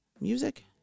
music